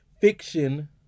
fiction